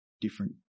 different